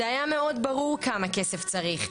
זה היה מאוד ברור כמה כסף צריך,